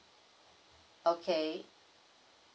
okay